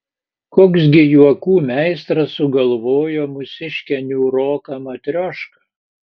koks gi juokų meistras sugalvojo mūsiškę niūroką matriošką